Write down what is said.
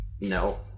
No